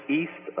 east